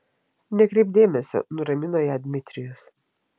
nekreipk dėmesio nuramino ją dmitrijus